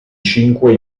cinque